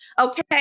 okay